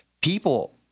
people